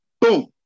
boom